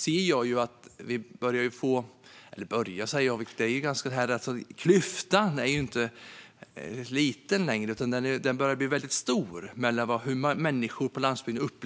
Klyftan mellan hur människor på landsbygden och människor i storstaden upplever tillvaron är inte längre liten utan börjar bli väldigt stor.